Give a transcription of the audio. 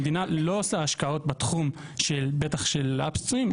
המדינה לא עושה השקעות בתחום בטח של upstream.